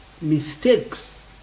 mistakes